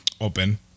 open